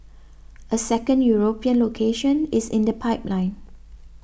a second European location is in the pipeline